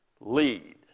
lead